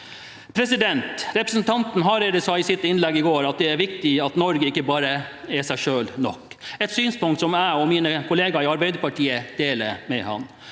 med oss. Representanten Hareide sa i sitt innlegg i går at det er viktig at Norge ikke bare er seg selv nok – et synspunkt som jeg og mine kolleger i Arbeiderpartiet deler med han.